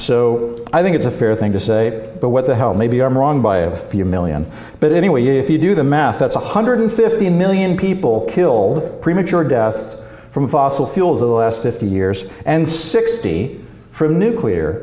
so i think it's a fair thing to say but what the hell maybe i'm wrong by a few million but anyway if you do the math that's a hundred and fifty million people killed premature deaths from fossil fuels in the last fifty years and sixty for the nuclear